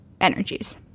energies